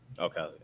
Okay